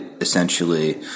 essentially